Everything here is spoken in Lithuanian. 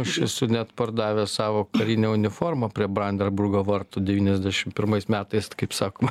aš esu net pardavęs savo karinę uniformą prie brandenburgo vartų devyniasdešim pirmais metais kaip sakoma